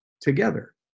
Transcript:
together